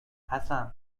حسن